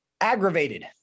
aggravated